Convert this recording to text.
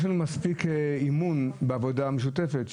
יש לנו מספיק אמון בעבודה משותפת,